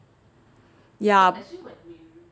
ya